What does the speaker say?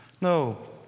No